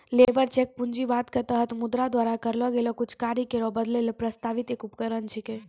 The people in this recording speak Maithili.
लेबर चेक पूंजीवाद क तहत मुद्रा द्वारा करलो गेलो कुछ कार्य केरो बदलै ल प्रस्तावित एक उपकरण छिकै